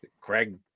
Craig